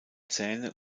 zähne